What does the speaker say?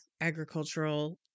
agricultural